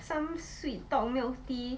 some sweet talk milk tea